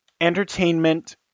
entertainment